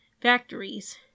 factories